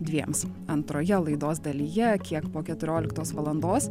dviems antroje laidos dalyje kiek po keturioliktos valandos